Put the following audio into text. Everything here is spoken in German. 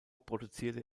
produzierte